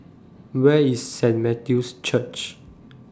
Where IS Saint Matthew's Church